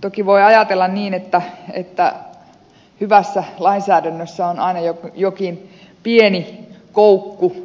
toki voi ajatella niin että hyvässä lainsäädännössä on aina jokin pieni koukku